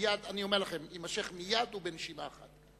אבל אני אומר לכם שזה יימשך מייד ובנשימה אחת.